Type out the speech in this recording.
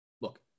Look